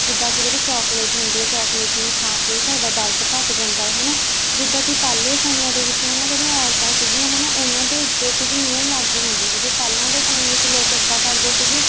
ਜਿੱਦਾਂ ਕਿ ਜਿਹੜੀ ਚੋਕਲੇਟ ਹੁੰਦੀ ਆ ਚੋਕਲੇਟ ਨੂੰ ਖਾ ਕੇ ਵੀ ਸਾਡਾ ਦਰਦ ਘੱਟ ਜਾਂਦਾ ਹੈ ਹੈ ਨਾ ਜਿੱਦਾਂ ਕਿ ਪਹਿਲੇ ਸਮਿਆਂ ਦੇ ਵਿੱਚ ਹੈ ਨਾ ਜਿਹੜੀਆਂ ਔਰਤਾਂ ਸੀਗੀਆਂ ਹੈ ਨਾ ਉਨ੍ਹਾਂ ਦੇ ਉੱਤੇ ਕੁਝ ਨਿਯਮ ਲਾਗੂ ਹੁੰਦੇ ਸੀਗੇ ਪਹਿਲਾਂ ਦੇ ਟਾਇਮ ਵਿੱਚ ਲੋਕ ਇੱਦਾਂ ਕਰਦੇ ਸੀਗੇ